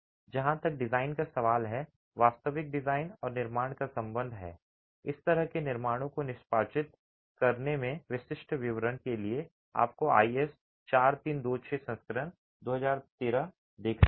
जहां तक डिजाइन का सवाल है वास्तविक डिजाइन और निर्माण का संबंध है इस तरह के निर्माणों को निष्पादित करने में विशिष्ट विवरण के लिए आपको आईएस 4326 संस्करण 2013 को देखना होगा